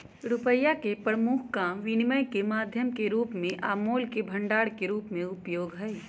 रुपइया के प्रमुख काम विनिमय के माध्यम के रूप में आ मोल के भंडार के रूप में उपयोग हइ